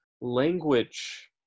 language